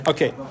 Okay